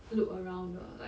look around the like